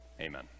amen